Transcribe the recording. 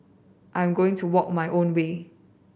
I am going to walk my own way